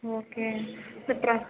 okay இந்த press